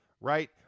right